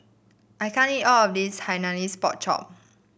I can't eat all of this Hainanese Pork Chop